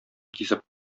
кисеп